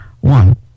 one